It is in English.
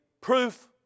proof